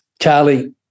Charlie